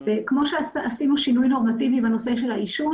כמו שעשינו שינוי נורמטיבי בנושא של העישון,